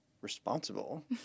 responsible